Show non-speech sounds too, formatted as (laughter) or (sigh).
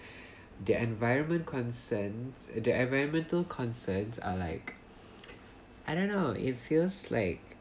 (breath) the environment concerns the environmental concerns are like (noise) I don't know it feels like